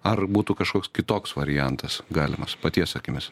ar būtų kažkoks kitoks variantas galimas paties akimis